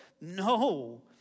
No